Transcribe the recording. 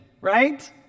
right